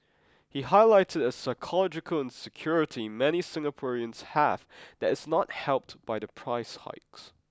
he highlighted a psychological insecurity many Singaporeans have that is not helped by the price hikes